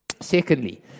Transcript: Secondly